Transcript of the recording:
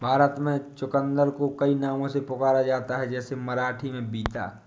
भारत में चुकंदर को कई नामों से पुकारा जाता है जैसे मराठी में बीता